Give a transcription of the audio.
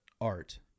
art